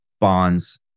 bonds